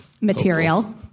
material